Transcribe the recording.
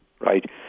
right